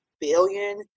billion